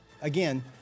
again